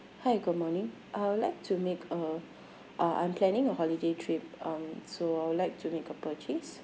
hi good morning I would like to make a uh I'm planning a holiday trip um so I would like to make a purchase